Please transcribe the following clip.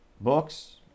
books